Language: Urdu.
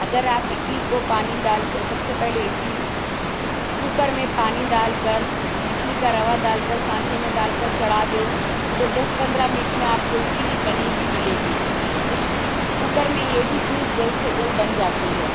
اگر آپ اڈلی کو پانی ڈال کر سب سے پہلے اڈلی کوکر میں پانی ڈال کر اڈلی کا روا ڈال کر سانچے میں ڈال کر چڑھا دیں تو دس پندرہ منٹ میں آپ کو اڈلی بنی ہوئی ملے گی پ ریشر کوکر میں یہ بھی چیز جلد سے جلد بن جاتی ہے